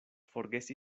forgesi